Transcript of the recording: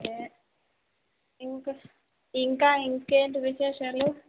ఏ ఇంకా ఇంకా ఇంకేంటి విశేషాలు